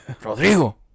Rodrigo